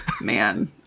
man